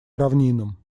равнинам